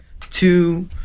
two